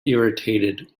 irritated